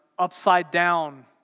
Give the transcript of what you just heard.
upside-down